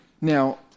Now